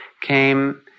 came